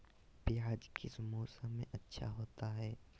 प्याज किस मौसम में अच्छा होता है?